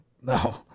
No